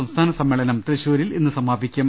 സംസ്ഥാന സമ്മേളനം തൃശ്ശൂരിൽ ഇന്ന് സമാപി ക്കും